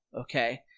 okay